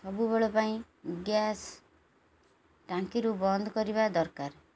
ସବୁବେଳ ପାଇଁ ଗ୍ୟାସ୍ ଟାଙ୍କିରୁ ବନ୍ଦ କରିବା ଦରକାର